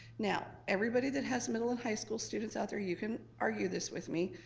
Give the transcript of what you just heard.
now, everybody that has middle and high school students out there, you can argue this with me.